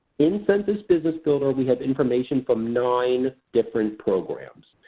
in census business builder we have information from nine different programs.